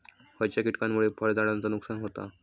खयच्या किटकांमुळे फळझाडांचा नुकसान होता?